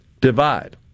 divide